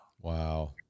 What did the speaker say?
Wow